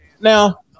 Now